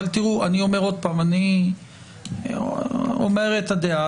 אני אומר את הדעה.